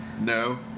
No